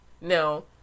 Now